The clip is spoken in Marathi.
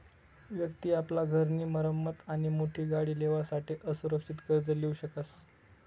व्यक्ति आपला घर नी मरम्मत आणि मोठी गाडी लेवासाठे असुरक्षित कर्ज लीऊ शकस